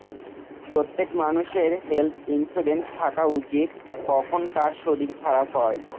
প্রত্যেক মানষের health insurance থাকা উচিত, কখন কার শরীর খারাপ হয়